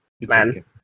Man